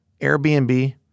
Airbnb